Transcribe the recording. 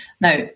Now